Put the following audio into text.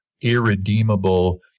irredeemable